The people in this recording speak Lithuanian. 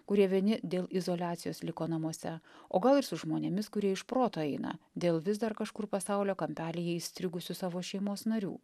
kurie vieni dėl izoliacijos liko namuose o gal ir su žmonėmis kurie iš proto eina dėl vis dar kažkur pasaulio kampelyje įstrigusių savo šeimos narių